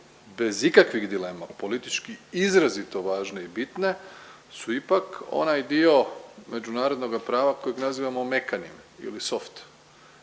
bez ikakvih dilema politički izrazito važne i bitne su ipak onaj dio međunarodnoga prava kojega nazivamo mekanim ili „soft“